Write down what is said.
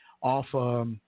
off